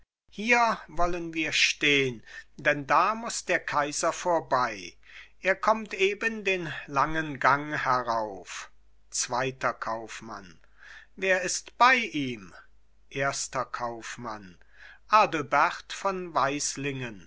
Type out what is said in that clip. hier wollen wir stehn denn da muß der kaiser vorbei er kommt eben den langen gang herauf zweiter kaufmann wer ist bei ihm erster kaufmann adelbert von